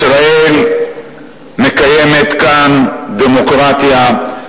ישראל מקיימת כאן דמוקרטיה,